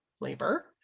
labor